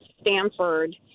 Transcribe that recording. Stanford